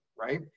right